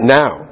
now